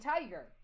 Tiger